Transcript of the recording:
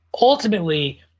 Ultimately